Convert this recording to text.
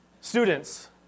Students